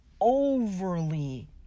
overly